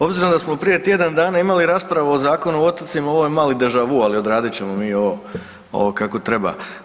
Obzirom da smo prije tjedan dana imali raspravu o Zakonu o otocima, ovo je mali deja vu, ali odradit ćemo mi i ovo kako treba.